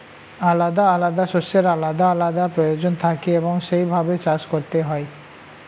আলাদা আলাদা শস্যের আলাদা আলাদা প্রয়োজন থাকে এবং সেই ভাবে চাষ করতে হয়